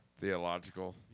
Theological